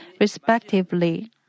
respectively